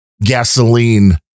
gasoline